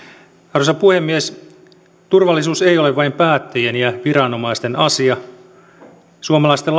arvoisa puhemies turvallisuus ei ole vain päättäjien ja viranomaisten asia suomalaisten